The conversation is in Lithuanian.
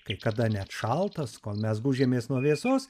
kai kada net šaltas kol mes gūžiamės nuo vėsos